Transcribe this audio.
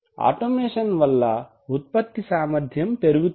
automation వల్ల ఉత్పత్తి సామర్థ్యం పెరుగుతుంది